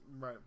Right